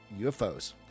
UFOs